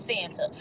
Santa